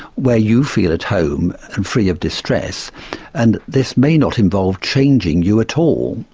where you feel at home and free of distress and this may not involve changing you at all.